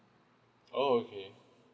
oh okay